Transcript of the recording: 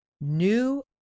new